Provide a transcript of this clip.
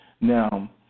Now